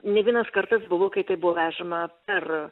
ne vienas kartas buvo kai tai buvo vežama per